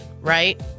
right